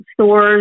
stores